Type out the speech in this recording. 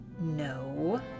No